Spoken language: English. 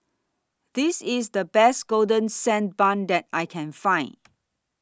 This IS The Best Golden Sand Bun that I Can Find